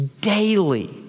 daily